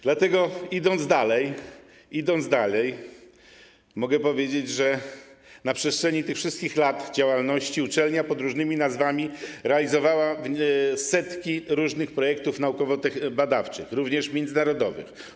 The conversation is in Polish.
Dlatego, idąc dalej, mogę powiedzieć, że na przestrzeni tych wszystkich lat działalności uczelnia pod różnymi nazwami realizowała setki różnych projektów naukowo-badawczych, również międzynarodowych.